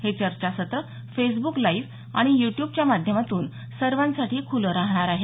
हे चर्चासत्र Facebook live आणि यूट्यूबच्या माध्यमातून सर्वांसाठी खुले राहणार आहे